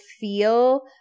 feel